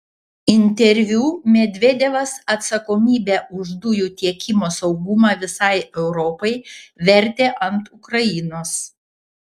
interviu medvedevas atsakomybę už dujų tiekimo saugumą visai europai vertė ant ukrainos